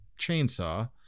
chainsaw